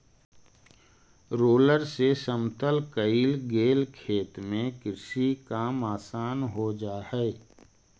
roller से समतल कईल गेल खेत में कृषि काम आसान हो जा हई